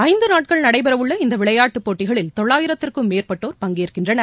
ஐந்துநாட்கள் நடைபெறவுள்ள இந்தவிளையாட்டுப் போட்டிகளில் தொள்ளயிரத்திற்கும் மேற்பட்டோர் பங்கேற்கின்றன்